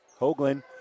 Hoagland